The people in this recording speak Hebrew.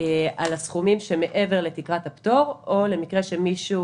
על הסכומים שמעבר לתקרת הפטור או למקרה שמישהו